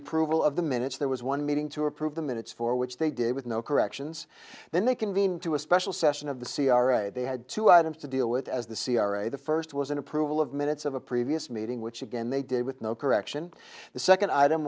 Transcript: approval of the minutes there was one meeting to approve the minutes for which they did with no corrections then they convened to a special session of the c r a they had two items to deal with as the c r a the first was an approval of minutes of a previous meeting which again they did with no correction the second item